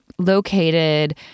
located